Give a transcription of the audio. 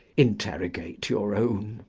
interrogate your own.